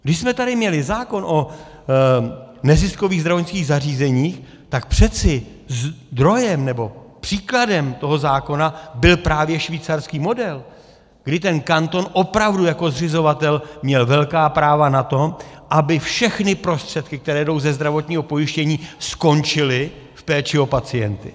Když jsme tady měli zákon o neziskových zdravotnických zařízeních, tak přece zdrojem nebo příkladem toho zákona byl právě švýcarský model, kdy kanton opravdu jako zřizovatel měl velká práva na to, aby všechny prostředky, které jdou ze zdravotního pojištění, skončily v péči o pacienty.